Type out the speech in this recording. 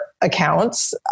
accounts